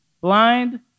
blind